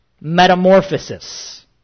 metamorphosis